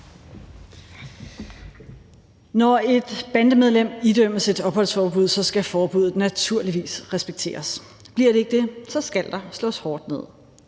Når et bandemedlem idømmes et opholdsforbud, skal forbuddet naturligvis respekteres. Bliver det ikke det, skal der slås hårdt ned.